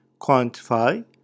quantify